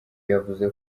yavuze